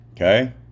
Okay